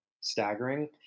staggering